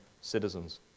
citizens